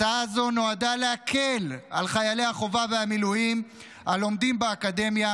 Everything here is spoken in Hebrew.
הצעה זו נועדה להקל על חיילי החובה והמילואים הלומדים באקדמיה,